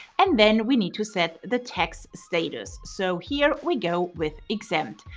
and then we need to set the tax status. so here we go with exempt,